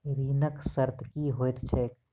ऋणक शर्त की होइत छैक?